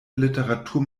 literatur